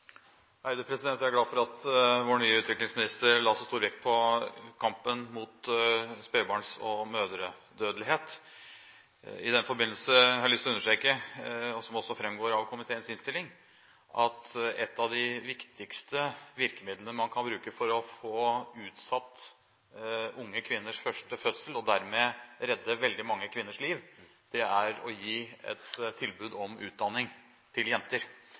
glad for at vår nye utviklingsminister la så stor vekt på kampen mot spedbarns- og mødredødelighet. I den forbindelse har jeg lyst til å understreke, som også framgår av komiteens innstilling, at et av de viktigste virkemidlene man kan bruke for å få utsatt unge kvinners første fødsel, og dermed redde veldig mange kvinners liv, er å gi et tilbud om utdanning til jenter.